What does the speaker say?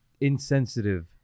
insensitive